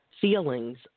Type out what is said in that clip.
feelings